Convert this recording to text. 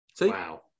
Wow